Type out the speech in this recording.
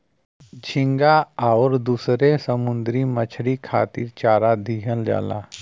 झींगा आउर दुसर समुंदरी मछरी खातिर चारा दिहल जाला